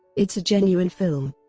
it's a genuine film.